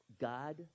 God